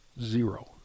Zero